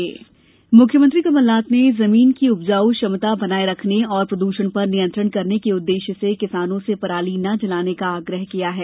CM appeal मुख्यमंत्री कमलनाथ ने जमीन की उपजाऊ क्षमता बनाये रखने और प्रदूषण पर नियंत्रण करने के उददेश्य से किसानों से पराली न जलाने का आग्रह किया है